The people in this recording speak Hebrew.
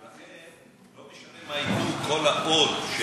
ולכן לא משנה, כל ה-pod של